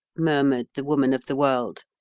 murmured the woman of the world.